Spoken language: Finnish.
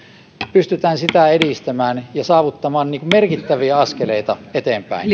pystytään edistämään ja saavuttamaan merkittäviä askeleita eteenpäin